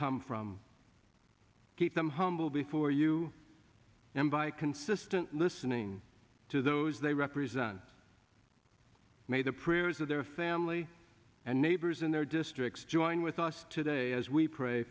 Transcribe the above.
come from keep them humble before you and by consistent listening to those they represent may the prayers of their family and neighbors in their districts join with us today as we pray